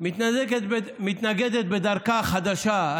מתנגדת בדרכה החדשה,